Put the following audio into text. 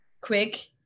quick